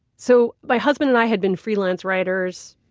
so my husband and i had been freelance writers,